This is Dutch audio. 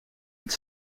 het